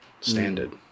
standard